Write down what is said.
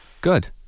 Good